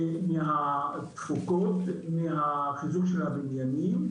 מהתפוקות, מהחיזוק של הבניינים,